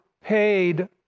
paid